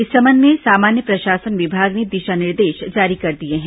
इस संबंध में सामान्य प्रशासन विभाग ने दिशा निर्देश जारी कर दिए हैं